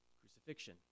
crucifixion